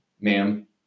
ma'am